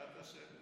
בעזרת השם.